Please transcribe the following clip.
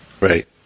Right